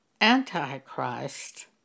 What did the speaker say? antichrist